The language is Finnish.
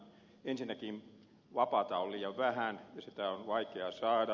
ensinnäkin vapaata on liian vähän ja sitä on vaikea saada